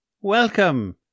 Welcome